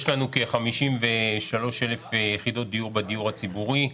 יש לנו כ-53 אלף יחידות דיור בדיור הציבורי.